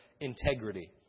integrity